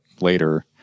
later